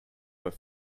were